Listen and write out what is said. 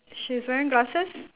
she's wearing glasses